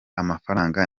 amafaranga